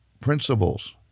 principles